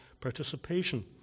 participation